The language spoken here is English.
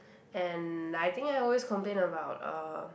and I think I always complain about uh